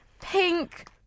pink